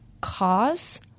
cause